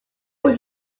was